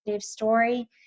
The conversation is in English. story